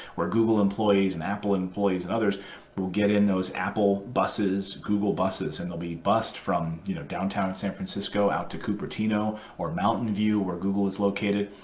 where google employees and apple employees and others will get in those apple buses, google buses, and they'll be bussed from you know downtown san francisco out to cupertino or mountain view, where google is located.